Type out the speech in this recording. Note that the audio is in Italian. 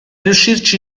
riuscirci